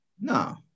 No